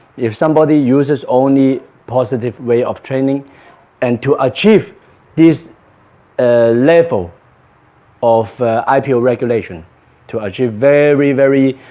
if somebody uses only positive way of training and to achieve this level of ipo regulation to achieve very very